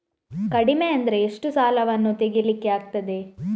ಕಡಿಮೆ ಅಂದರೆ ಎಷ್ಟು ಸಾಲವನ್ನು ತೆಗಿಲಿಕ್ಕೆ ಆಗ್ತದೆ?